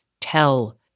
tell